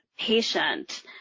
patient